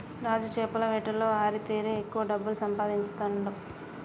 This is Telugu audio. రాజు చేపల వేటలో ఆరితేరి ఎక్కువ డబ్బులు సంపాదించుతాండు